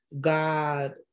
god